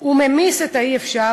הוא ממיס את האי-אפשר,